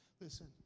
Listen